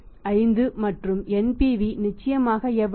50 மற்றும் NPV நிச்சயமாக எவ்வளவு